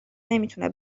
نمیتونه